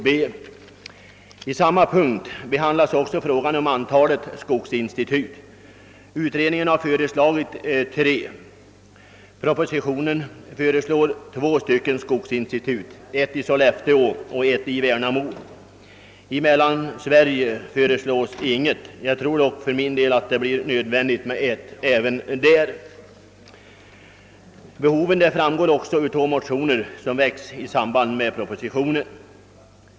Under denna punkt behandlas också frågan om antalet skogsinstitut. Kommittén har föreslagit tre sådana. I propositionen föreslås två, ett i Sollefteå och ett i Värnamo. I Mellansverige föreslås inget institut. Jag tror dock för min del att det blir nödvändigt med ett skogsinstitut även där. Behovet av fler skogsinstitut framgår även av motioner som har väckts i samband med propositionen.